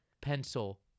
pencil